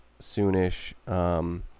soonish